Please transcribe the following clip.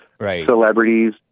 celebrities